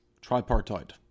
Tripartite